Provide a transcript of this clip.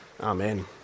Amen